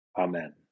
Amen